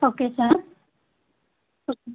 okay sir okay